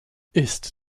ist